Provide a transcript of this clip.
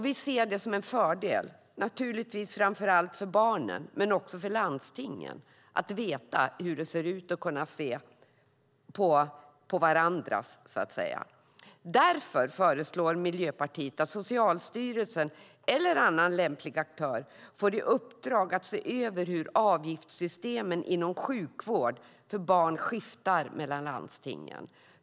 Vi ser det som en fördel, naturligtvis framför allt för barnen, men också för landstingen, att veta hur det ser ut i de olika landstingen. Därför föreslår Miljöpartiet att Socialstyrelsen, eller annan lämplig aktör, får i uppdrag att se över hur avgiftssystemen inom sjukvård för barn skiftar mellan landstingen.